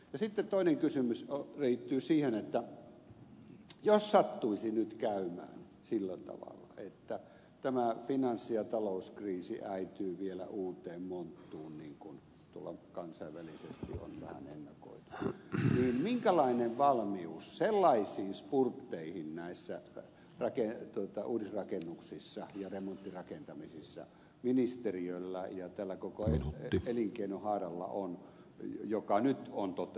sitten toinen kysymys liittyy siihen että jos sattuisi nyt käymään sillä tavalla että tämä finanssi ja talouskriisi äityy vielä uuteen monttuun niin kuin tuolla kansainvälisesti on vähän ennakoitu niin minkälainen valmius on sellaisiin spurtteihin näissä uudisrakennuksissa ja remonttirakentamisissa ministeriöllä ja tällä koko elinkeinohaaralla kuin mitä nyt on toteutunut